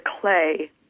clay